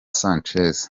sanchez